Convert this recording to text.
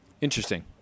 Interesting